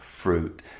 fruit